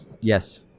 yes